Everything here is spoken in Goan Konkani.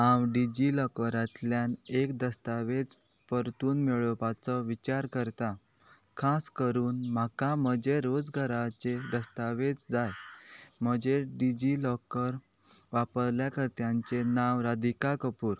हांव डिजी लॉकरांतल्यान एक दस्तावेज परतून मेळोवपाचो विचार करतां खास करून म्हाका म्हजे रोजगाराचे दस्तावेज जाय म्हजे डिजी लॉकर वापरल्या कर्त्याचें नांव राधिका कपूर